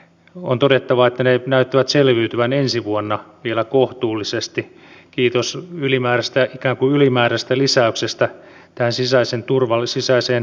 on todettava että ne näyttävät selviytyvän ensi vuonna vielä kohtuullisesti kiitos ikään kuin ylimääräisestä lisäyksestä sisäiseen turvallisuuteen